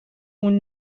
اون